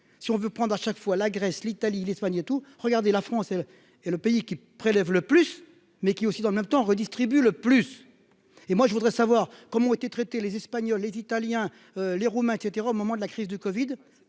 si on veut prendre à chaque fois, la Grèce, l'Italie, l'Espagne et tout, regardez la France et elle et le pays qui prélève le plus mais qui aussi dans le même temps, redistribue le plus et moi je voudrais savoir comment ont été traités les espagnols, les Italiens, les Roumains et caetera au moment de la crise du Covid